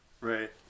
Right